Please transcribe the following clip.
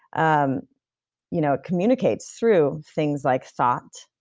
um you know communicates through things like thought,